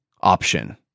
option